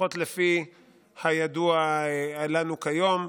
לפחות לפי הידוע לנו כיום,